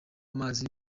amazi